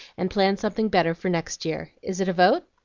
and plan something better for next year. is it a vote?